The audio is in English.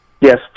Yes